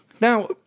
Now